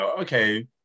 okay